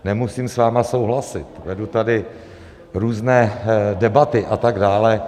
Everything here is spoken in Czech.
Nemusím s vámi souhlasit, vedu tady různé debaty a tak dále.